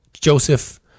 Joseph